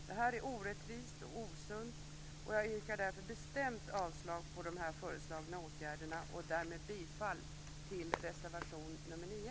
Det är orättvist och osunt, och jag yrkar därför bestämt avslag på de föreslagna åtgärderna och därmed bifall till reservation nr 9.